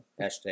Hashtag